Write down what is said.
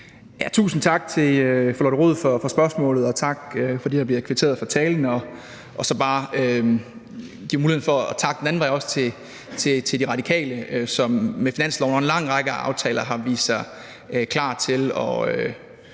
Tusind tak til fru Lotte Rod for spørgsmålet, og tak, fordi der bliver kvitteret for talen, og det giver muligheden for også at takke den anden vej til De Radikale, som i forbindelse med finansloven og en lang række aftaler har vist sig klar til